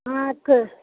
आँ